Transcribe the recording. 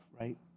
right